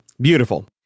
Beautiful